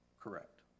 Correct